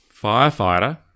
firefighter